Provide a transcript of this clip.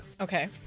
Okay